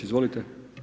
Izvolite.